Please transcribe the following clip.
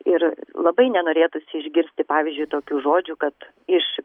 ir labai nenorėtųsi išgirsti pavyzdžiui tokių žodžių kad iš